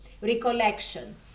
recollection